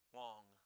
long